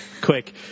quick